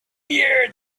year